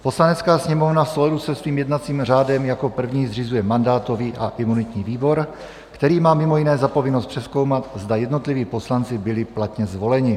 Poslanecká sněmovna v souladu se svým jednacím řádem jako první zřizuje mandátový a imunitní výbor, který má mimo jiné za povinnost přezkoumat, zda jednotliví poslanci byli platně zvoleni.